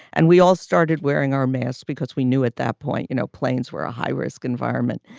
and we all started wearing our masks because we knew at that point, you know, planes were a high risk environment.